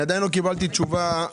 עדיין לא קיבלתי תשובה,